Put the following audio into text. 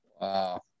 Wow